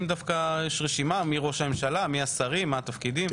דווקא יש רשימה מי ראש הממשלה מי השרים מה התפקידים.